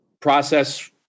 process